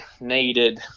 needed